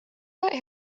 that